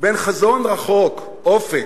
בין חזון רחוק, אופק,